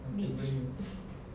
beach